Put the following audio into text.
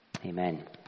Amen